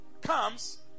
comes